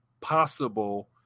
possible